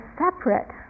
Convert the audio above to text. separate